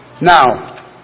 Now